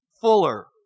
fuller